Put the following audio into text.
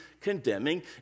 condemning